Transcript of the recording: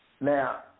now